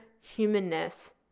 humanness